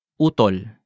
Utol